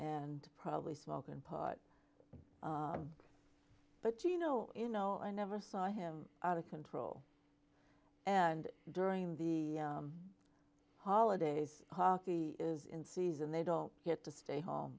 and probably smoking pot but you know you know i never saw him out of control and during the holidays hockey is in season they don't get to stay home